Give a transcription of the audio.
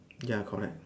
ya correct